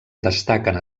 destaquen